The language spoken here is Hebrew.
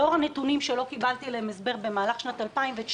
לאור הנתונים שלא קיבלתי עליהם הסבר במהלך שנת 2019,